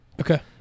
Okay